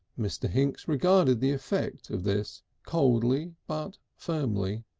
mr. hinks regarded the effect of this coldly but firmly,